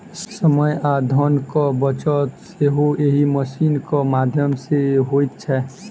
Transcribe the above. समय आ धनक बचत सेहो एहि मशीनक माध्यम सॅ होइत छै